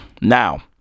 Now